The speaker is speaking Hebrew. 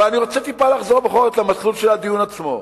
אבל אני רוצה טיפה לחזור בכל זאת למסלול של הדיון עצמו.